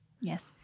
Yes